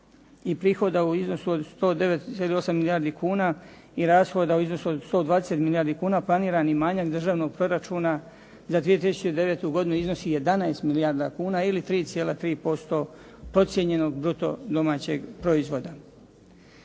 i prihoda u iznosu 109, 8 milijardi kuna i rashoda u iznosu od 120 milijardi kuna planirani manjak državnog proračuna za 2009. godinu iznosi 11 milijardi kuna ili 3,3% procijenjenog bruto domaćeg proizvoda.